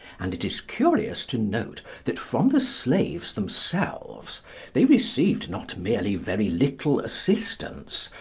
and it is curious to note that from the slaves themselves they received, not merely very little assistance,